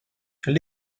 elle